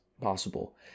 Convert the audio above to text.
possible